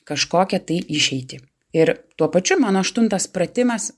kažkokią tai išeitį ir tuo pačiu mano aštuntas pratimas